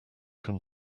can